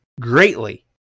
greatly